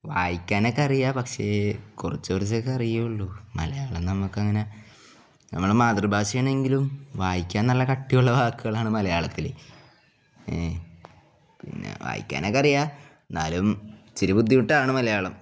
വായിക്കാനൊക്കെ അറിയാം പക്ഷേ കുറച്ച് കുറച്ചൊക്കെ അറിയുകയുള്ളു മലയാളം നമുക്ക് അങ്ങനെ നമ്മുടെ മാതൃഭാഷയാണെങ്കിലും വായിക്കാൻ നല്ല കട്ടിയുള്ള വാക്കുകളാണ് മലയാളത്തിൽ പിന്നെ വായിക്കാൻ ഒക്കെ അറിയാം എന്നാലും ഇച്ചിരി ബുദ്ധിമുട്ടാണ് മലയാളം